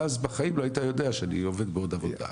ואז בחיים לא היית יודע שאני עובד בעוד עבודה,